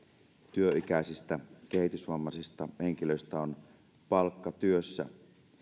työikäisistä kehitysvammaisista henkilöistä on palkkatyössä